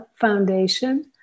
foundation